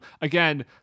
again